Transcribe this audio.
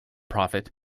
prophet